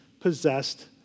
possessed